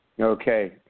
Okay